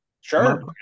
Sure